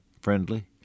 friendly